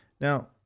Now